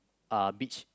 uh beach